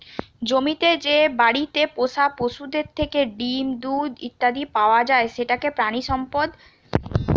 জমিতে যে বাড়িতে পোষা পশুদের থেকে ডিম, দুধ ইত্যাদি পাওয়া যায় সেটাকে প্রাণিসম্পদ বলতেছে